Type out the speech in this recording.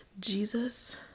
Jesus